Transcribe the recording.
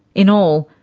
in all,